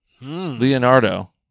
Leonardo